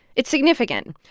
it's significant.